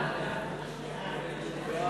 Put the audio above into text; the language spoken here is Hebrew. ההצעה להעביר את הצעת חוק לתיקון פקודת